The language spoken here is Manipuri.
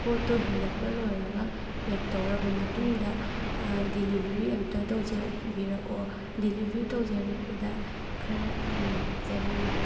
ꯄꯣꯠꯇꯣ ꯍꯦꯟꯒꯠꯄ ꯂꯣꯏꯔꯒ ꯄꯦꯛ ꯇꯧꯔꯕ ꯃꯇꯨꯡꯗ ꯗꯦꯂꯤꯚꯔꯤ ꯑꯝꯇ ꯇꯧꯁꯤꯕꯤꯔꯛꯑꯣ ꯗꯦꯂꯤꯚꯔꯤ ꯇꯧꯖꯔꯛꯄꯗ ꯈꯔ ꯅꯨꯡꯉꯥꯏꯖꯒꯅꯤ